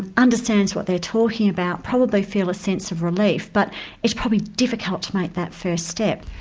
understands what they're talking about, probably feel a sense of relief. but it's probably difficult to make that first step.